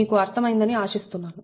మీకు అర్థమైంది ఆశిస్తున్నాను